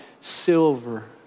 silver